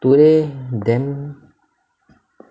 today damn